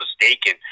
mistaken